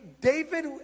David